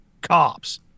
cops